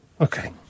Okay